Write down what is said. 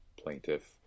plaintiff